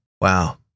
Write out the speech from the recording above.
wow